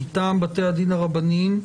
מטעם בתי הדין הרבניים,